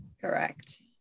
Correct